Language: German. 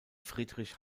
friedrich